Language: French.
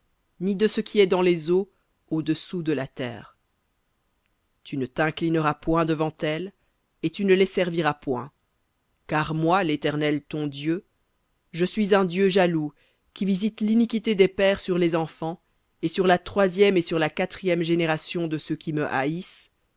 ni de ce qui est dans les eaux au-dessous de la terre tu ne t'inclineras point devant elles et tu ne les serviras point car moi l'éternel ton dieu je suis un dieu jaloux qui visite l'iniquité des pères sur les fils et sur la troisième et sur la quatrième de ceux qui me haïssent